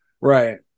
Right